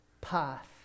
path